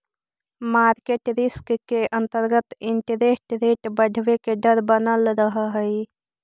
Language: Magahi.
मार्केट रिस्क के अंतर्गत इंटरेस्ट रेट बढ़वे के डर बनल रहऽ हई